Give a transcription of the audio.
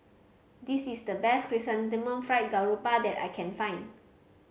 this is the best Chrysanthemum Fried Garoupa that I can find